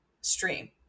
stream